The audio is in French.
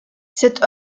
cette